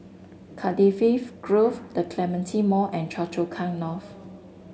Cardifi Grove The Clementi Mall and Choa Chu Kang North